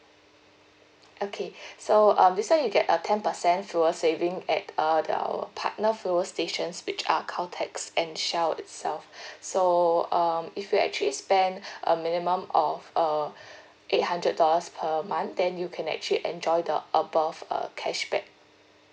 okay so um this [one] you get a ten percent fuel saving at uh the our partner fuel stations which are Caltex and Shell itself so um if you actually spend a minimum of uh eight hundred dollars per month then you can actually enjoy the above uh cashback